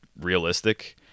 realistic